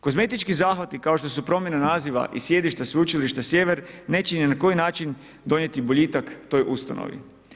Kozmetički zahvati kao što su promjena naziva i sjedišta Sveučilišta Sjever, neće ni na koji način donijeti boljitak toj ustanovi.